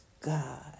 God